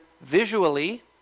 visually